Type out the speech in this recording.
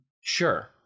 Sure